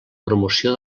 promoció